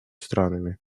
странами